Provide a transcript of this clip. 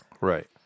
Right